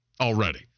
already